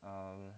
um